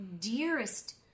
dearest